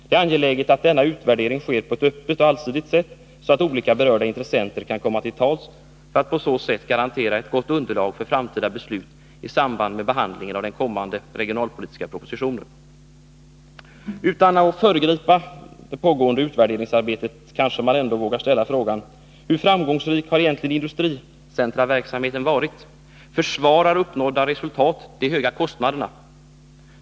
Det är angeläget att denna utvärdering sker på ett öppet och allsidigt sätt, så att olika berörda intressenter kan komma till tals för att på så sätt garantera ett gott underlag för framtida beslut i samband med behandlingen av den kommande regionalpolitiska propositionen. Utan att föregripa det pågående utvärderingsarbetet kanske man ändå vågar ställa frågan: Hur framgångsrik har egentligen industricentraverksamheten varit? Försvarar uppnådda resultat de höga kostnaderna?